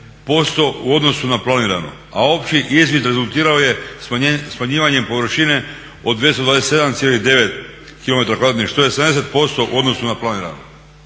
u odnosu na planirano. A opći izvid rezultirao je smanjivanjem površine od 227,9 km kvadratnih što je 70% u odnosu na planirano.